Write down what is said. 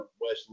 West